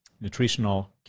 nutritional